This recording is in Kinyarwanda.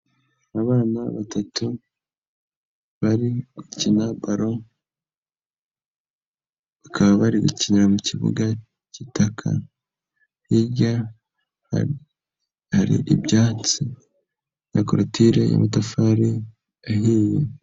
Abana batatu bari gukina balo, bakaba bari gukinira mu kibuga k'itaka hirya hari ibyatsi na korotire y'amatafari ahiye.